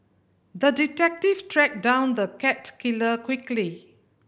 the detective tracked down the cat killer quickly